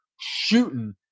shooting